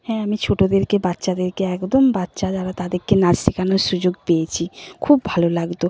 হ্যাঁ আমি ছোটোদেরকে বাচ্চাদেরকে একদম বাচ্চা যারা তাদেরকে নাচ শেখানোর সুযোগ পেয়েছি খুব ভালো লাগত